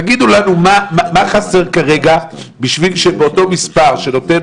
תגידו לנו מה חסר כרגע בשביל שבאותו מספר שנותן